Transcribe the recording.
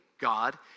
God